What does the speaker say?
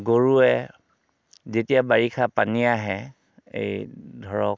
গৰুৱে যেতিয়া বাৰিষা পানী আহে এই ধৰক